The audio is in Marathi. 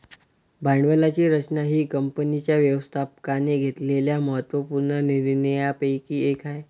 भांडवलाची रचना ही कंपनीच्या व्यवस्थापकाने घेतलेल्या महत्त्व पूर्ण निर्णयांपैकी एक आहे